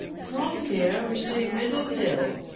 from here we see middle hill,